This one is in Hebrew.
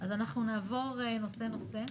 אז אנחנו נעבור נושא-נושא,